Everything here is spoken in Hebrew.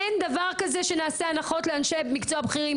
אין דבר כזה שנעשה הנחות לאנשי מקצוע בכירים.